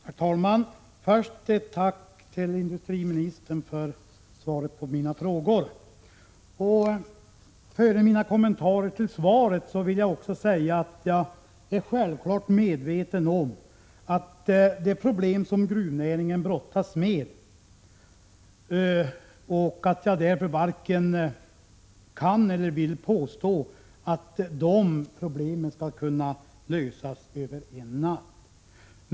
Herr talman! Först ett tack till industriministern för svaret på mina frågor. Före mina kommentarer till svaret vill jag också säga att jag självfallet är medveten om de problem som gruvnäringen brottas med och att jag därför varken kan eller vill påstå att dessa problem skulle kunna lösas över en natt.